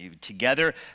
Together